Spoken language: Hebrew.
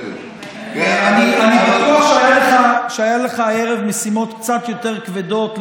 אני בטוח שהיו לך הערב משימות קצת יותר כבדות,